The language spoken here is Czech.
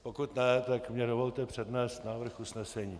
Pokud ne, tak mně dovolte přednést návrh usnesení.